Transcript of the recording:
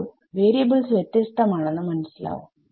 അപ്പോൾ variables വ്യത്യസ്തമാണെന്ന് മനസ്സിലാവും